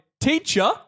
teacher